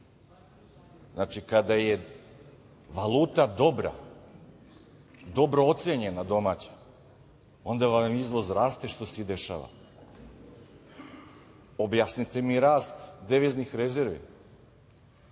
Znači, kada je valuta dobra, dobro ocenjena domaća, onda vam izvoz raste, što se i dešava. Objasnite mi rast deviznih rezervi